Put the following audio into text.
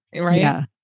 right